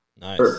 Nice